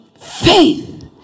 faith